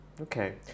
okay